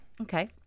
Okay